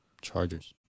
Chargers